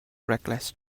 reckless